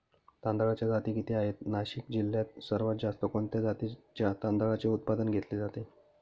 तांदळाच्या जाती किती आहेत, नाशिक जिल्ह्यात सर्वात जास्त कोणत्या जातीच्या तांदळाचे उत्पादन घेतले जाते?